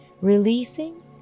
releasing